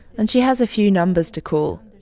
and she has a few numbers to call,